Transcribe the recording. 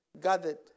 gathered